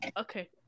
Okay